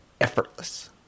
effortless